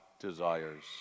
desires